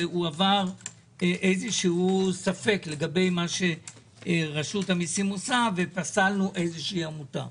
שהועבר ספק לגבי מה שרשות המיסים עושה ופסלנו עמותה.